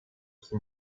qui